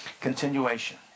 Continuation